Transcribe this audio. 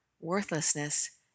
worthlessness